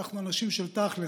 אנחנו אנשים של תכל'ס,